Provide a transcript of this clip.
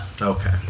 Okay